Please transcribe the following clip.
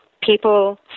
People